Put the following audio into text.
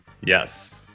Yes